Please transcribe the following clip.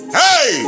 hey